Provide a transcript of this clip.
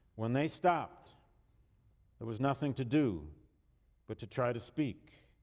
when they stopped there was nothing to do but to try to speak.